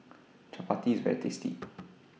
Chapati IS very tasty